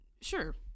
sure